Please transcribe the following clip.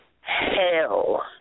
hell